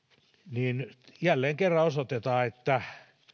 niin jälleen kerran osoitetaan että